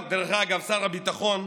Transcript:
שדרך אגב הוא גם שר הביטחון,